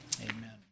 amen